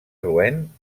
rouen